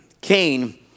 Cain